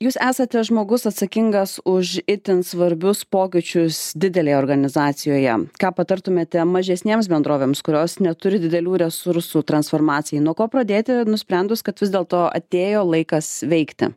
jūs esate žmogus atsakingas už itin svarbius pokyčius didelėje organizacijoje ką patartumėte mažesnėms bendrovėms kurios neturi didelių resursų transformacijai nuo ko pradėti nusprendus kad vis dėlto atėjo laikas veikti